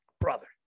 brother